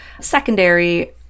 secondary